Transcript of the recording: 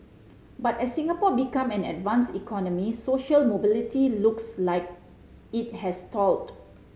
but as Singapore become an advanced economy social mobility looks like it has stalled